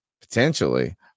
Potentially